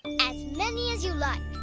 as many as you like,